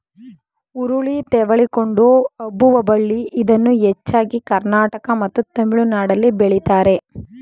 ಹುರುಳಿ ತೆವಳಿಕೊಂಡು ಹಬ್ಬುವ ಬಳ್ಳಿ ಇದನ್ನು ಹೆಚ್ಚಾಗಿ ಕರ್ನಾಟಕ ಮತ್ತು ತಮಿಳುನಾಡಲ್ಲಿ ಬೆಳಿತಾರೆ